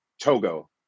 Togo